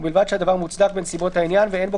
ובלבד שהדבר מוצדק בנסיבות העניין ואין בו